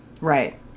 Right